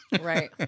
Right